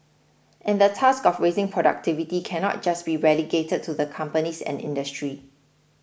and the task of raising productivity cannot just be relegated to the companies and industry